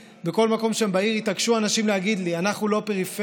בכל מקום שם בעיר אנשים התעקשו להגיד לי: אנחנו לא פריפריה,